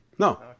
No